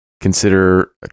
consider